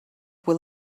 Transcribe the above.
will